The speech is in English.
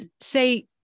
say